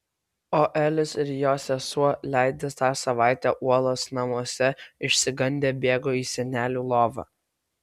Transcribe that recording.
o elis ir jo sesuo leidę tą savaitę uolos namuose išsigandę bėgo į senelių lovą